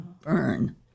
burn